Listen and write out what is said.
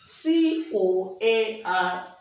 C-O-A-R